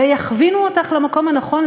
ויכווינו אותך למקום הנכון,